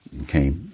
okay